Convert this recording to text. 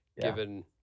given